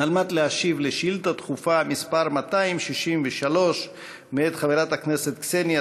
ולהשיב על שאילתה דחופה מס' 263 מאת חברת הכנסת קסניה